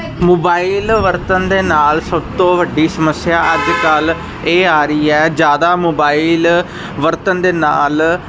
mobile ਵਰਤਣ ਦੇ ਨਾਲ ਸਭ ਤੋਂ ਵੱਡੀ ਸਮੱਸਿਆ ਅੱਜ ਕੱਲ ਇਹ ਆ ਰਹੀ ਹੈ ਜਿਆਦਾ ਮੋਬਾਈਲ ਵਰਤਣ ਦੇ ਨਾਲ